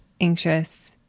anxious